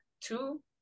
two